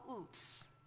oops